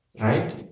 Right